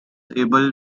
able